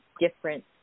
different